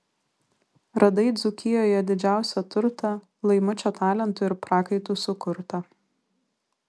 radai dzūkijoje didžiausią turtą laimučio talentu ir prakaitu sukurtą